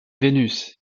vénus